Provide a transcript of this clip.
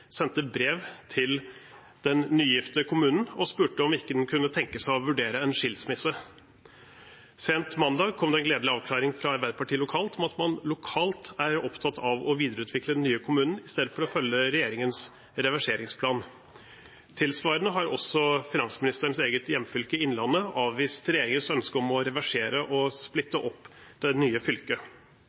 sendte brev til den nygifte kommunen og spurte om den ikke kunne tenke seg å vurdere en skilsmisse. Sent mandag kom det en gledelig avklaring fra Arbeiderpartiet lokalt om at man er opptatt av å videreutvikle den nye kommunen i stedet for å følge regjeringens reverseringsplan. Tilsvarende har finansministerens eget hjemfylke, Innlandet, avvist regjeringens ønske om å reversere og splitte opp det nye fylket.